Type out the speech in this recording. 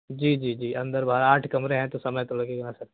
जी जी जी अन्दर बाहर आठ कमरे हैं तो समय तो लगेगा सर